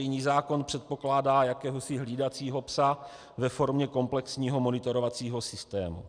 Loterijní zákon předpokládá jakéhosi hlídacího psa ve formě komplexního monitorovacího systému.